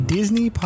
Disney